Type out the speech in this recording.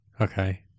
Okay